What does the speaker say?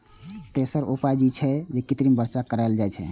तेसर उपाय ई छै, जे कृत्रिम वर्षा कराएल जाए